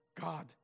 God